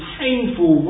painful